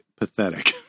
pathetic